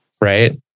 right